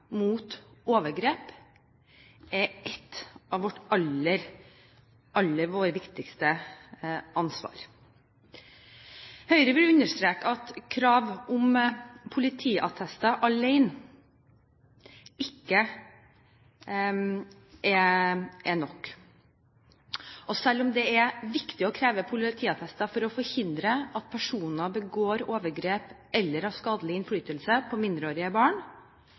mot overgrep er vårt aller viktigste ansvar. Høyre vil understreke at krav om politiattester alene ikke er nok. Selv om det er viktig å kreve politiattester for å forhindre at personer begår overgrep eller har skadelig innflytelse på mindreårige barn,